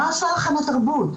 מה עשתה לכם התרבות?